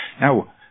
Now